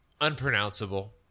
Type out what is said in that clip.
unpronounceable